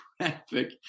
traffic